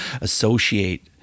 associate